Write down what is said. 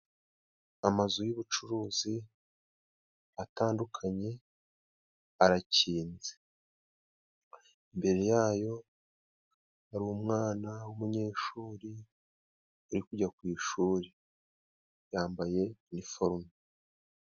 Amazu y'ubucuruzi atandukanye arakinze, imbere yayo hari umwana w'umunyeshuri uri kujya ku ishuri yambaye niforome.